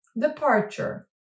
Departure